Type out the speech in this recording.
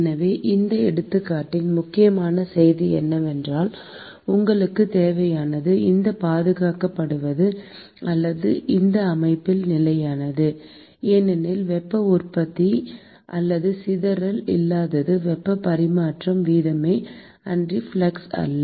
எனவே இந்த எடுத்துக்காட்டின் முக்கியமான செய்தி என்னவென்றால் உங்களுக்குத் தேவையானது இங்கு பாதுகாக்கப்படுவது அல்லது இந்த அமைப்பில் நிலையானது ஏனெனில் வெப்ப உற்பத்தி அல்லது சிதறல் இல்லாதது வெப்ப பரிமாற்ற வீதமே அன்றி ஃப்ளக்ஸ் அல்ல